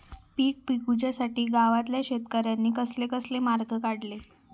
पीक विकुच्यासाठी गावातल्या शेतकऱ्यांनी कसले कसले मार्ग काढले?